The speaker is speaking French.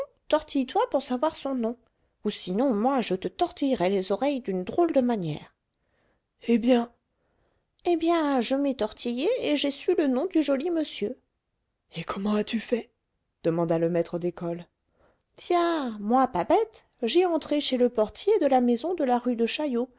tortille toi pour savoir son nom ou sinon moi je te tortillerai les oreilles d'une drôle de manière eh bien eh bien je m'ai tortillé et j'ai su le nom du joli monsieur et comment as-tu fait demanda le maître d'école tiens moi pas bête j'ai entré chez le portier de la maison de la rue de chaillot